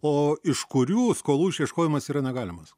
o iš kurių skolų išieškojimas yra negalimas